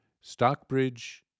Stockbridge